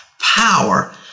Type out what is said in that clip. power